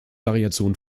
variationen